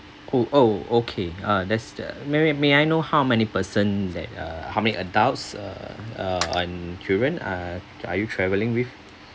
oh oh okay ah that's the may may I know how many person that uh how many adults uh uh and children uh are you travelling with